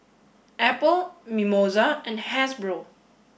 Apple Mimosa and Hasbro